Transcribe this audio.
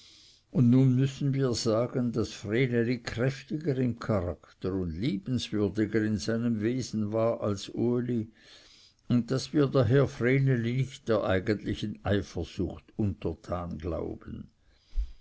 und nun müssen wir sagen daß vreneli kräftiger im charakter und liebenswürdiger in seinem wesen war als uli daß wir daher vreneli nicht der eigentlichen eifersucht untertan glauben